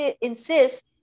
insist